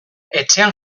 etxean